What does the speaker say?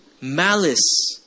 Malice